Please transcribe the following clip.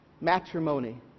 matrimony